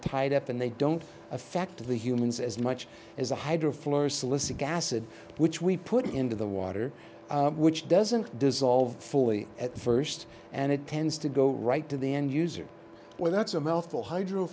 tied up and they don't affect the humans as much as the hydro flow salissa gases which we put into the water which doesn't dissolve fully at first and it tends to go right to the end user well that's a mouthful hydro